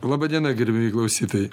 laba diena gerbiamieji klausytojai